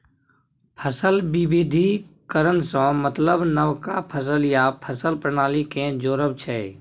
फसल बिबिधीकरण सँ मतलब नबका फसल या फसल प्रणाली केँ जोरब छै